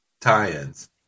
tie-ins